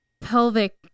pelvic